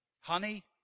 honey